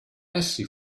essi